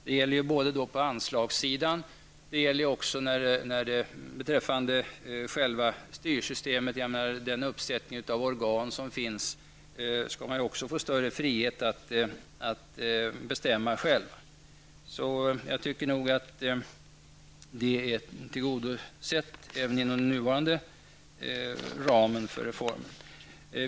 Det gäller både beträffande anslagrn och beträffande själva styrsystemet. Den uppsättning organ som finns skall de också få större frihet att bestämma själva. Jag tycker därför att detta är tillgodosett även inom den nuvarande ramen för reformer.